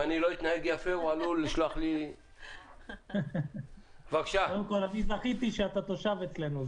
אם לא אתנהג יפה הוא עלול לשלוח --- אני זכיתי שאתה תושב אצלנו,